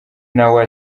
nawe